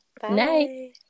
Bye